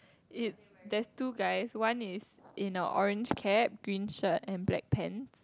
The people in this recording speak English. it that's two guys one is in a orange cap green shirt and black pants